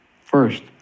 First